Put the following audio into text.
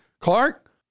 Clark